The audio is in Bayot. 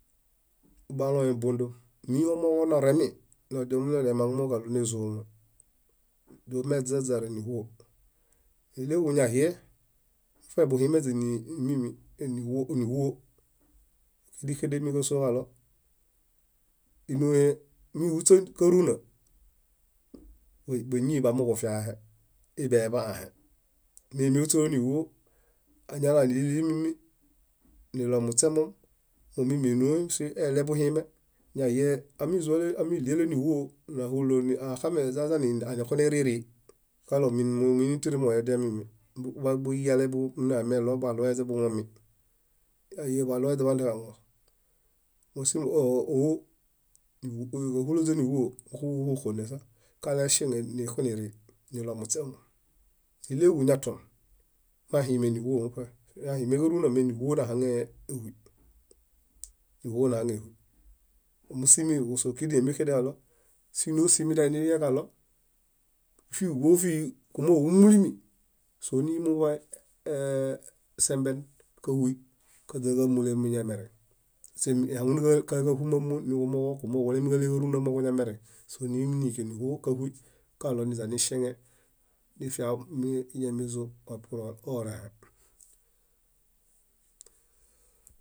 Balõebodom miomooġo noreŋmi dómunaġalo emaŋumoġalo nézomo dómeźaźare níɦuo níɭeġu ñaɦie muṗe buhimeźe níɦuo kíźixedemi ñásoġaɭo míhuśakaruna, báñii bamiġufiahe nilemehuśa níɦuo alaniɭimimi nilomuśemom momimi énoem eɭebuhime yaɦie amixuniɭiale níɦuo axamidiazani nixuniriri kalomin muini tíri muediamimi buyiale minalemeɭo baɭoeźe buŋomi yaɦie baloeźe buhandeġaŋuos. Músimo káhulonze níɦuo múxoxonen kaleśieŋe nikuniri nilomuśemom. Níɭeġu ñaton mahime níɦuo muṗe nahime káruna me níɦuo nahaŋehui mosimo ókidemexeden kalo sínosihi idialeniyekalo fíɦuofihi kumooġo kúmulimi, sónimbuḃai semben káhui kaźakaleṗ miñamereŋ paseehaŋunu káhui mámuon niġumooġo kulemi kálekaruna mokuñamereŋ sónimudiken níɦuo káhui kalo niźaniśeŋe nifia miñamezo purorẽhe